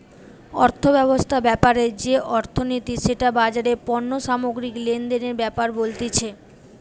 অর্থব্যবস্থা ব্যাপারে যে অর্থনীতি সেটা বাজারে পণ্য সামগ্রী লেনদেনের ব্যাপারে বলতিছে